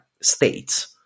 states